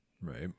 Right